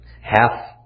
half